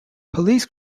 police